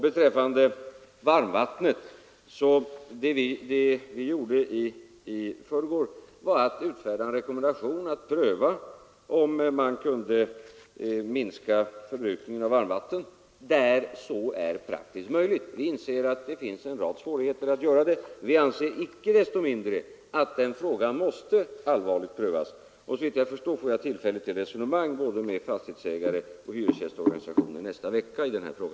Vad varmvattnet beträffar utfärdade vi i förrgår en rekommendation för att pröva, om man kunde minska förbrukningen där så är praktiskt möjligt. Vi inser att det finns en rad svårigheter, men vi anser icke desto mindre att den frågan måste allvarligt prövas. Såvitt jag förstår får jag nästa vecka tillfälle till resonemang om denna fråga både med fastighetsägarna och hyresgästorganisationerna.